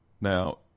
now